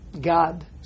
God